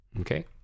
Okay